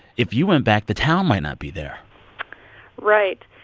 if you went back, the town might not be there right.